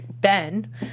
Ben